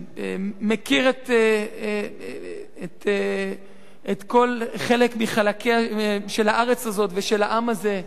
מכיר כל חלק מחלקיה של הארץ הזאת ושל העם הזה.